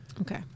Okay